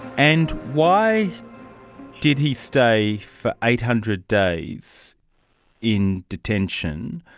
and why did he stay for eight hundred days in detention?